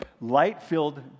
light-filled